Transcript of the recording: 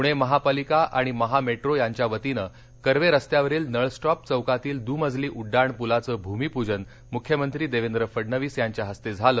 पुणे महापालिका आणि महामेट्रो यांच्या वतीने कर्वे रस्त्यावरील नळस्टॅप चौकातील दुमजली उड्डाणपुलाचं भूमिप्जन मुख्यमंत्री देवेंद्र फडणवीस यांच्या हस्ते झालं